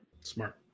Smart